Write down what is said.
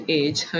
age